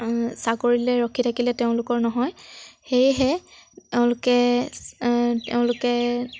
চাকৰিলৈ ৰখি থাকিলে তেওঁলোকৰ নহয় সেয়েহে তেওঁলোকে তেওঁলোকে